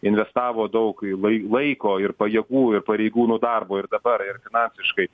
investavo daug lai laiko ir pajėgų ir pareigūnų darbo ir dabar ir finansiškai